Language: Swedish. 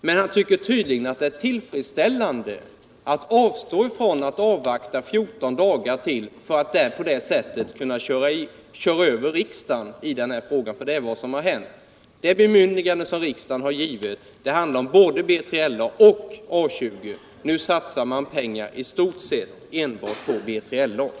Men han tycker tydligen ait det är tillfredsställande att avstå från att avvakta ytterligare 14 dagar för att på det sättet köra över riksdagen i denna fråga — för det är vad som har hänt. Det bemyndigande som riksdagen har givit handlar både om B3LA och om A 20. Nu satsar man pengar i stort sett endast på B3LA. Försvarspolitiken,